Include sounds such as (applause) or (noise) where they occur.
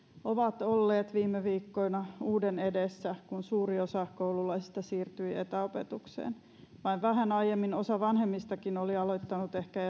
ovat olleet viime viikkoina uuden edessä kun suuri osa koululaisista siirtyi etäopetukseen vain vähän aiemmin osa vanhemmistakin oli aloittanut ehkä (unintelligible)